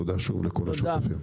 תודה שוב לכל השותפים.